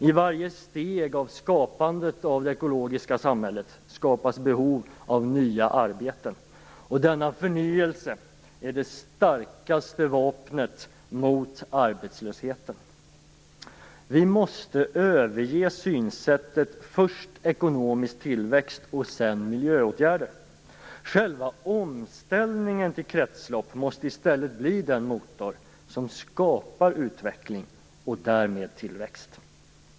I varje steg av skapandet av det ekologiska samhället skapas behov av nya arbeten. Denna förnyelse är det starkaste vapnet mot arbetslösheten. Vi måste överge synsättet "först ekonomisk tillväxt och sedan miljöåtgärder". Själva omställningen till kretslopp måste i stället bli den motor som skapar utveckling och därmed tillväxt.